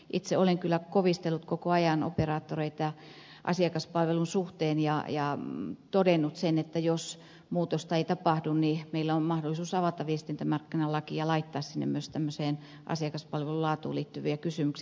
itse olen kyllä kovistellut koko ajan operaattoreita asiakaspalvelun suhteen ja todennut sen että jos muutosta ei tapahdu meillä on mahdollisuus avata viestintämarkkinalaki ja laittaa sinne myös tämmöiseen asiakaspalvelun laatuun liittyviä kysymyksiä